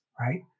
right